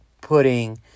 putting